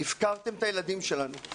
הפקרתם את הילדים שלנו.